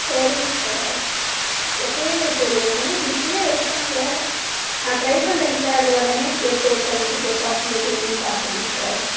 சரிங்க சார் எப்பையே எப்போ ஏற்கனவே பிஸியாக இருக்காங்க நான் ட்ரை பண்ணுறங்க சார் உடனே கேட்டு சொல்லுறதுக்கு பாசிபிலிட்டி என்னனு பார்க்குறங்க சார்